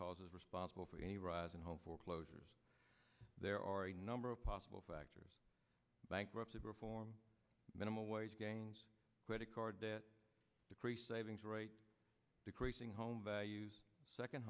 causes responsible for a rise in home foreclosures there are a number of possible factors bankruptcy reform minimum wage gains credit card debt decreased savings rate decreasing home values second